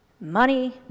money